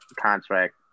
contract